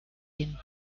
den